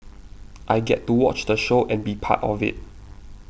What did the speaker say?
I get to watch the show and be part of it